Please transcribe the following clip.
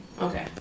Okay